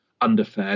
underfed